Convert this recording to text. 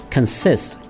Consist